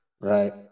right